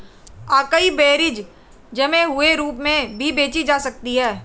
acai berries जमे हुए रूप में भी बेची जाती हैं